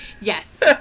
Yes